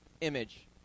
image